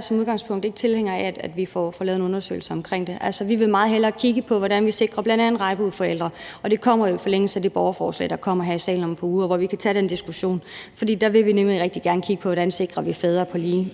som udgangspunkt ikke tilhænger af, at vi får lavet en undersøgelse af det. Vi vil meget hellere kigge på, hvordan vi sikrer bl.a. regnbueforældre, og det kommer jo i forlængelse af det borgerforslag, der kommer her i salen om et par uger, hvor vi kan tage den diskussion. Vi vil nemlig rigtig gerne kigge på, hvordan vi sikrer fædre de